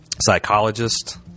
psychologist